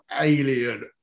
alien